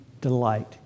delight